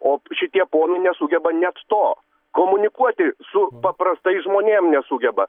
o šitie ponai nesugeba net to komunikuoti su paprastais žmonėm nesugeba